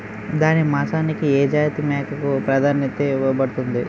దాని మాంసానికి ఏ జాతి మేకకు ప్రాధాన్యత ఇవ్వబడుతుంది?